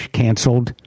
canceled